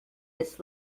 this